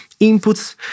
inputs